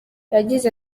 yagize